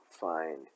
find